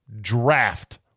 draft